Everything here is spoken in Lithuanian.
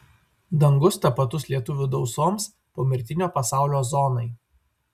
dangus tapatus lietuvių dausoms pomirtinio pasaulio zonai